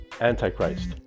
antichrist